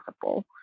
possible